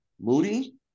Moody